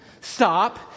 stop